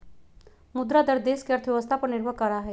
मुद्रा दर देश के अर्थव्यवस्था पर निर्भर करा हई